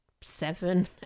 seven